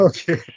Okay